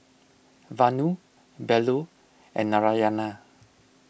Vanu Bellur and Narayana